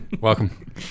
Welcome